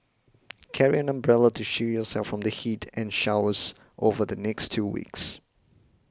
carry an umbrella to shield yourself from the heat and showers over the next two weeks